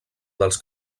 dels